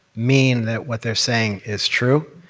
mean that what they're saying is true.